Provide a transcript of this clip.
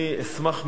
אני אשמח מאוד,